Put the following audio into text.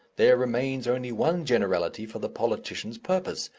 there remains only one generality for the politician's purpose,